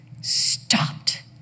stopped